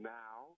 now